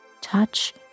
touch